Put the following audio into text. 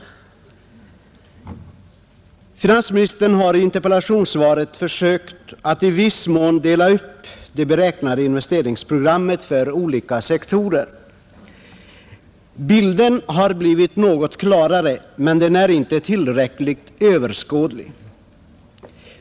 Finansministern har i interpellationssvaret försökt att i viss mån dela upp det beräknade investeringsprogrammet på olika sektorer. Bilden har blivit något klarare, men den är inte tillräckligt överskådlig.